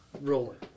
rolling